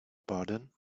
pardon